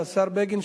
השר בגין,